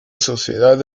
sociedad